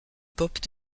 pop